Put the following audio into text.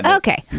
okay